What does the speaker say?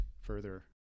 further—